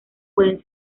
pueden